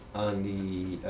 on the